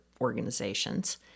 organizations